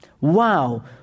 Wow